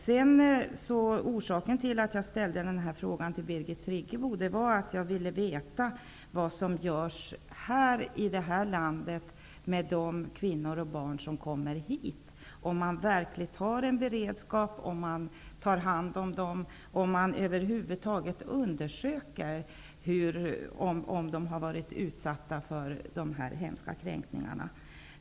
Anledningen till att jag ställde denna fråga till Birgit Friggebo var att jag ville veta vad som görs i det här landet med de kvinnor och barn som kommer hit. Finns det en beredskap? Tas de om hand? Sker det över huvud taget undersökningar för att ta reda på om de har varit utsatta för dessa hemska kränkningar?